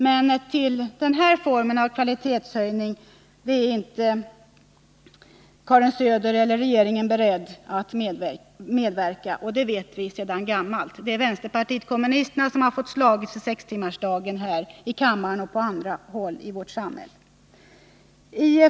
Men till denna form av kvalitetshöjning är Karin Söder eller regeringen inte beredd att medverka. Det vet vi sedan gammalt. Det är vänsterpartiet kommunisterna som här i kammaren och på andra håll i vårt samhälle har fått slåss för 6-timmarsdag.